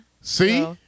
See